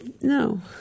No